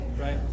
Right